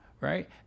Right